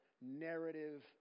narrative